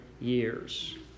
years